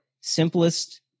simplest